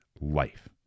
life